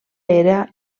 era